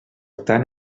tant